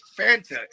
Fanta